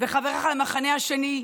וחבריך למחנה השני,